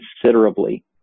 considerably